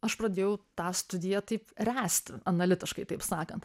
aš pradėjau tą studiją taip ręsti analitiškai taip sakant